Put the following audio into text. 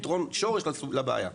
פתרון שורש לבעיה.